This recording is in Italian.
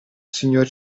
signor